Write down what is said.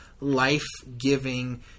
life-giving